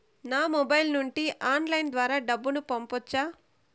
నా మొబైల్ నుండి ఆన్లైన్ ద్వారా డబ్బును పంపొచ్చా